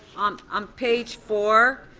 um um page four,